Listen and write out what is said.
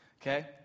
Okay